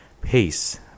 Peace